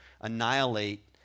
annihilate